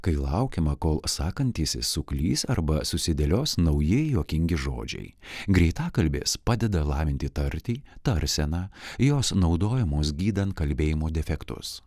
kai laukiama kol sakantysis suklys arba susidėlios nauji juokingi žodžiai greitakalbės padeda lavinti tartį tarseną jos naudojamos gydant kalbėjimo defektus